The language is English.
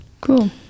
Cool